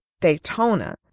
Daytona